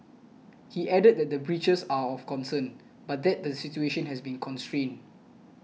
he added that the breaches are of concern but that the situation has been contained